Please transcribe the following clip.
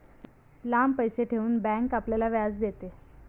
लांब पैसे ठेवून बँक आपल्याला व्याज देते